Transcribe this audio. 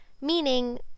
meaning